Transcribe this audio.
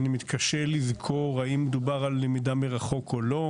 אני מתקשה לזכור האם דובר על למידה מרחוק או לא.